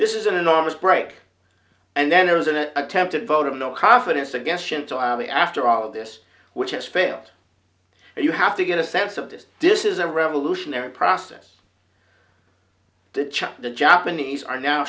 this is an enormous break and then there was an attempted vote of no confidence against me after all of this which has failed and you have to get a sense of this this is a revolutionary process the chap the japanese are now